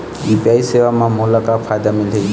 UPI सेवा म मोला का फायदा मिलही?